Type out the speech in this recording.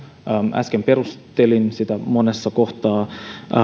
äsken perustelin sitä monessa kohtaa